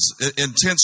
intense